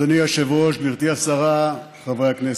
אדוני היושב-ראש, גברתי השרה, חברי הכנסת,